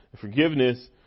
Forgiveness